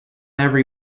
every